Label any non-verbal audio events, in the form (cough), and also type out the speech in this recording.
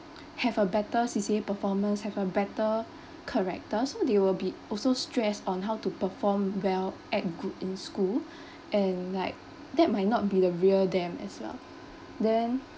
have a better C_C_A performance have a better character so they will be also stressed on how to perform well act good in school (breath) and like that might not be the real them as well then